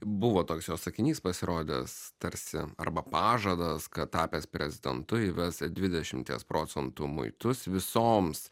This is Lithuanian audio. buvo toks jo sakinys pasirodęs tarsi arba pažadas kad tapęs prezidentu įves dvidešimties procentų muitus visoms